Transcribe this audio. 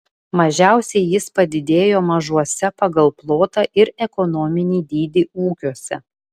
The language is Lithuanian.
mažiausiai jis padidėjo mažuose pagal plotą ir ekonominį dydį ūkiuose